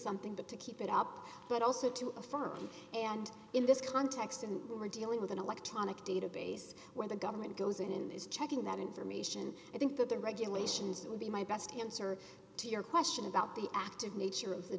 something but to keep it up but also to affirm and in this context and we're dealing with an electronic database where the government goes in and is checking that information i think that the regulations that would be my best him sir to your question about the active nature of the